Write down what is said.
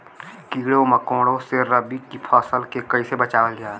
कीड़ों मकोड़ों से रबी की फसल के कइसे बचावल जा?